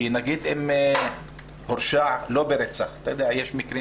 אם אדם הורשע לא ברצח יש מקרים